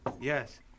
Yes